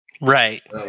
Right